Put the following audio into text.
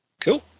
cool